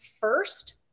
first